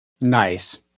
Nice